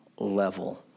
level